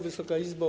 Wysoka Izbo!